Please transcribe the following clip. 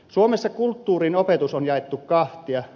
suomessa kulttuurin opetus on jaettu kahtia